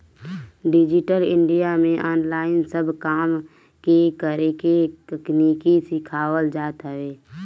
digital India में online सब काम के करेके तकनीकी सिखावल जात हवे